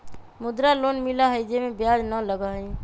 मुद्रा लोन मिलहई जे में ब्याज न लगहई?